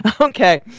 Okay